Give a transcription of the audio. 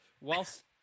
Whilst